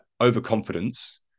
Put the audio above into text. overconfidence